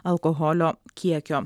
alkoholio kiekio